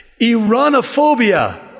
Iranophobia